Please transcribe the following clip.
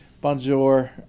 bonjour